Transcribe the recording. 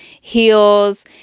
heels